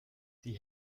die